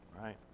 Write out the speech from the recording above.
right